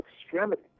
extremity